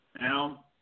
Now